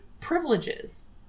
privileges